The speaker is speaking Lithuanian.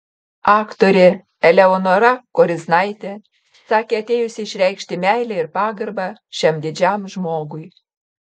aktorė eleonora koriznaitė sakė atėjusi išreikšti meilę ir pagarbą šiam didžiam žmogui